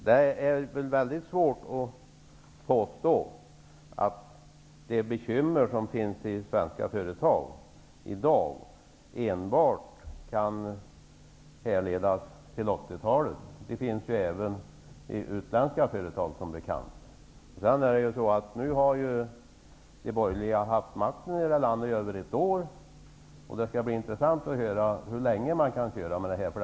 Herr talman! Det är väldigt svårt att påstå att de bekymmer som finns i svenska företag i dag enbart kan härledas till 1980-talet. Det finns ju även utländska företag. Nu har de borgerliga haft makten här i landet över ett år. Det skall bli intressant att höra hur länge man kan göra så här.